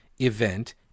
event